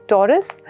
Taurus